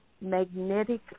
magnetic